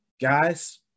guys